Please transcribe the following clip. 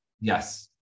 Yes